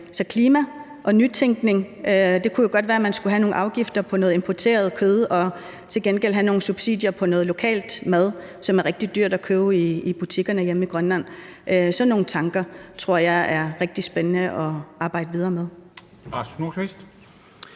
er klima og nytænkning, og det kunne jo godt være, at man skulle have nogle afgifter på noget importeret kød og til gengæld have nogle subsidier på noget lokal mad, som er rigtig dyrt at købe i butikkerne hjemme i Grønland. Sådan nogle tanker tror jeg er rigtig spændende at arbejde videre med.